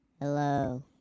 Hello